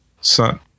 son